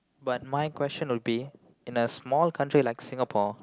but my question would be in a small country like Singapore